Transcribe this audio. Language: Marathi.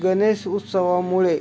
गणेश उत्सवामुळे